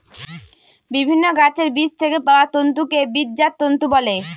বিভিন্ন গাছের বীজ থেকে পাওয়া তন্তুকে বীজজাত তন্তু বলে